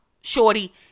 shorty